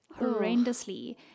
horrendously